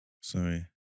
Sorry